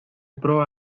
proa